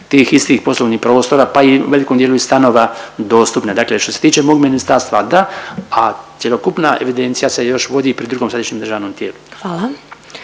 tih istih poslovnih prostora, pa i u velikom dijelu stanova dostupne. Dakle, što se tiče mog ministarstva da, a cjelokupna evidencija se još vodi pri drugom državnom središnjem tijelu.